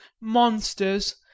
monsters